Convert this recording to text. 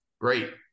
great